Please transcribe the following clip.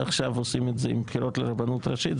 עכשיו עושים את זה עם בחירות לרבנות הראשית.